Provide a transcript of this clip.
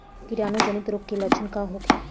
कीटाणु जनित रोग के लक्षण का होखे?